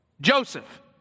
Joseph